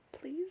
please